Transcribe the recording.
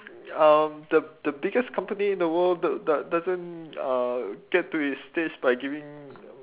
um the the biggest company in the world do~ do~ doesn't uh get to its stage by giving